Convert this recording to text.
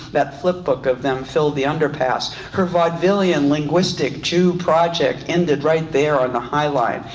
that filpbook of them filled the underpass. her vaudevillian linguistic jew project ended right there on the highline.